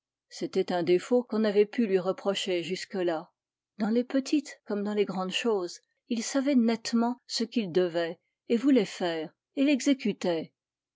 c'était un défaut qu'on n'avait pu lui reprocher jusque-là dans les petites comme dans les grandes choses il savait nettement ce qu'il devait et voulait faire et